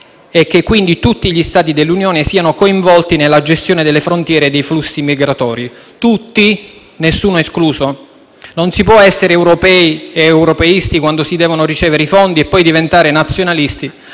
e che quindi tutti gli Stati dell'Unione siano coinvolti nella gestione delle frontiere dei flussi migratori. Tutti, nessuno escluso. Non si può essere europei ed europeisti quando si devono ricevere i fondi e poi diventare nazionalisti